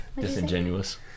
Disingenuous